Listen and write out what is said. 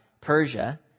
Persia